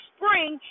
Spring